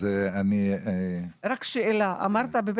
אז אני איתך ואני מקווה שיתקבלו עוד